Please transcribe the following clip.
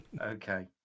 Okay